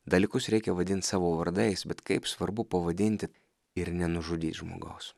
dalykus reikia vadint savo vardais bet kaip svarbu pavadinti ir nenužudyt žmogaus